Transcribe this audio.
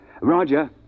roger